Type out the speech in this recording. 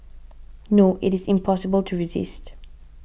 no it is impossible to resist